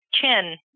Chin